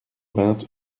vingt